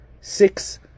Six